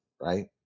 right